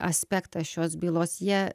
aspektą šios bylos jie